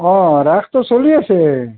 অঁ ৰাসতো চলি আছে